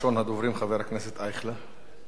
ראשון הדוברים, חבר הכנסת ישראל אייכלר.